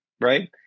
right